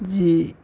جی